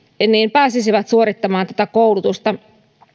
pääsisivät suorittamaan tätä koulutusta